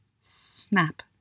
snap